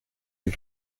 est